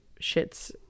shits